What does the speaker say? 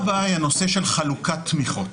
של חלוקת תמיכות.